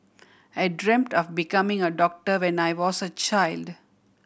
I dreamt of becoming a doctor when I was a child